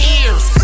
ears